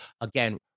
again